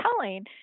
telling